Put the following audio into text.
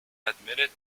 admitted